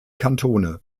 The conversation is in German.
kantone